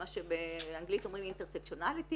מה שבאנגלית אומרים intersectionality,